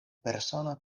persona